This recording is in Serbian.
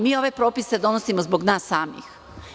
Mi ove propise donosimo zbog nas samih.